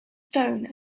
stone